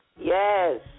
Yes